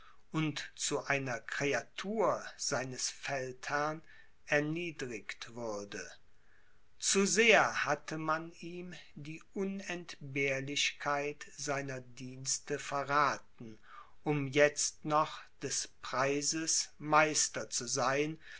und zu einer kreatur seines feldherrn erniedrigt würde zu sehr hatte man ihm die unentbehrlichkeit seiner dienste verrathen um jetzt noch des preises meister zu sein